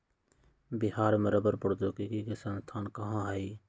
बिहार में रबड़ प्रौद्योगिकी के संस्थान कहाँ हई?